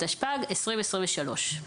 התשפ"ג-2023".